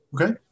Okay